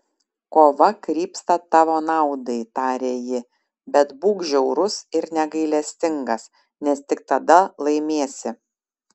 kova krypsta tavo naudai tarė ji bet būk žiaurus ir negailestingas nes tik tada laimėsi